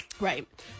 Right